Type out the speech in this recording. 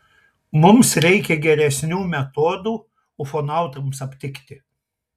mums reikia geresnių metodų ufonautams aptikti